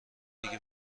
دیگه